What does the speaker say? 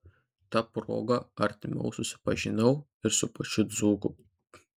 ta proga artimiau susipažinau ir su pačiu dzūku